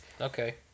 okay